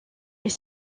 est